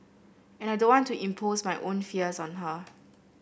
and I don't want to impose my own fears on her